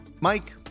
Mike